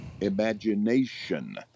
imagination